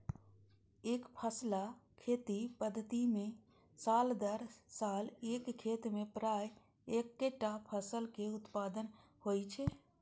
एकफसला खेती पद्धति मे साल दर साल एक खेत मे प्रायः एक्केटा फसलक उत्पादन होइ छै